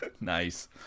Nice